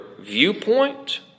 viewpoint